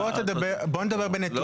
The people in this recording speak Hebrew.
בוא נדבר בנתונים.